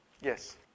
Yes